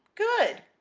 good!